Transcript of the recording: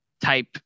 type